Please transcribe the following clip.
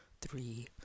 three